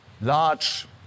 large